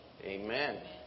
Amen